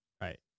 Right